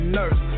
nurse